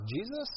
Jesus